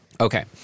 Okay